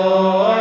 Lord